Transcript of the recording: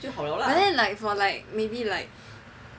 but then for like maybe like